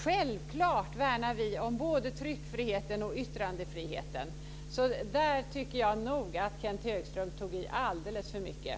Självklart värnar vi om både tryckfriheten och yttrandefriheten. Där tycker jag nog att Kenth Högström tog i alldeles för mycket.